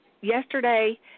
yesterday